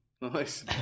Nice